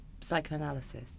psychoanalysis